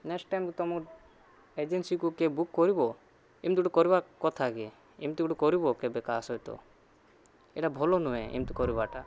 next time ତୁମ ଏଜେନ୍ସିକୁ କିଏ ବୁକ୍ କରିବ ଏମିତି ଗୋଟେ କରିବା କଥା କି ଏମିତି କରିବ କେବେ କାହା ସହିତ ଏଇଟା ଭଲ ନୁହେଁ ଏମିତି କରିବାଟା